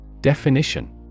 Definition